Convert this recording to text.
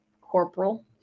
corporal